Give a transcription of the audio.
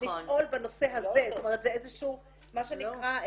בנושא הזה זה איזה שהוא תיק